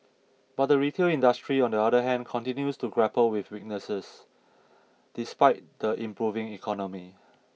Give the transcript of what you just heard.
but the retail industry on the other hand continues to grapple with weaknesses despite the improving economy